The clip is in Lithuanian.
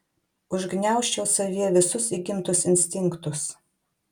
užgniaužčiau savyje visus įgimtus instinktus